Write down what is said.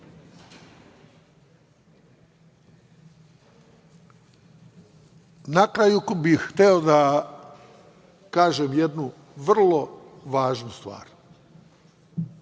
kraju bih hteo da kažem jednu vrlo važnu stvar,